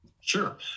Sure